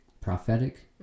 Prophetic